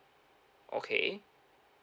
okay